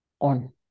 on